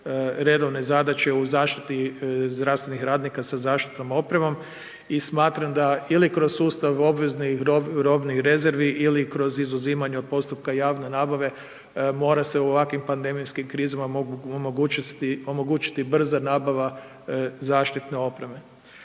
redovne zadaće u zaštiti zdravstvenih radnika sa zaštitnom opremom. I smatram da, ili kroz sustav obveznih robnih rezervi ili kroz izuzimanje od postupka javne nabave, mora se u ovakvim pandemijskim krizama omogućiti brza nabava zaštitne opreme.